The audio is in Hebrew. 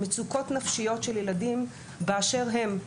מצוקות נפשיות של ילדים באשר הם,